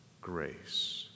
grace